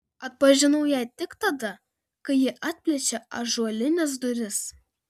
atpažinau ją tik tada kai ji atplėšė ąžuolines duris